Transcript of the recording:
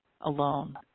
alone